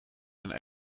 zijn